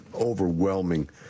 overwhelming